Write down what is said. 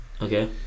Okay